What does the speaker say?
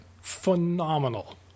Phenomenal